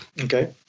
Okay